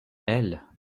elles